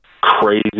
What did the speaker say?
crazy